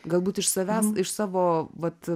galbūt iš savęs iš savo vat